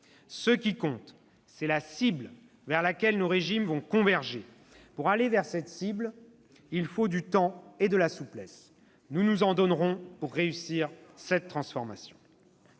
Ce qui compte, c'est la cible vers laquelle nos régimes vont converger ; pour aller vers cette cible, il faut du temps et de la souplesse. Nous nous en donnerons pour réussir cette transformation.